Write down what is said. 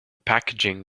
packaging